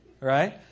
Right